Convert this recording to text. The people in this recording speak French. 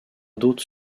d’autre